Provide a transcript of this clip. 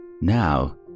Now